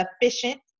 efficient